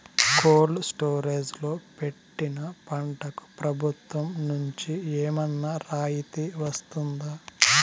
Cold storage లో పెట్టిన పంటకు ప్రభుత్వం నుంచి ఏమన్నా రాయితీ వస్తుందా?